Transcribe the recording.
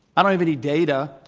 i don't have any data.